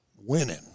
winning